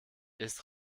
ist